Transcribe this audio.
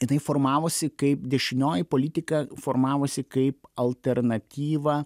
jinai formavosi kaip dešinioji politika formavosi kaip alternatyva